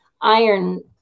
iron